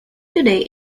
today